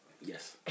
yes